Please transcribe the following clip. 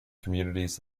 communities